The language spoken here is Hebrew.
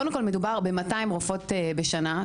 קודם כל, מדובר ב-200 רופאות בשנה.